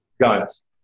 guns